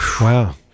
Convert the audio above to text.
Wow